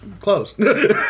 close